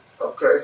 Okay